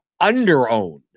under-owned